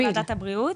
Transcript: זה בוועדת הבריאות.